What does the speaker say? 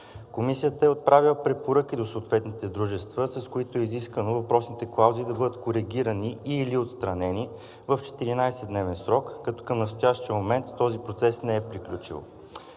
Комисията е отправила препоръки до съответните дружества, с които е изискано въпросните клаузи да бъдат коригирани или отстранени в 14-дневен срок, като към настоящия момент този процес не е приключил.